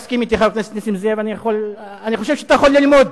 חבר הכנסת נסים זאב, אני חושב שאתה יכול ללמוד.